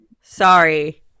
Sorry